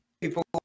people